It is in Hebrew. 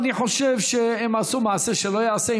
אני חושב שהם עשו מעשה שלא ייעשה,